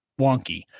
wonky